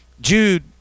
Jude